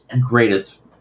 greatest